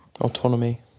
Autonomy